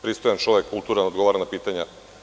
Pristajem, čovek kulturan, odgovara na pitanja.